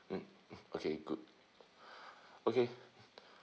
mm okay good okay